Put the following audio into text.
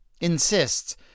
insists